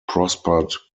prospered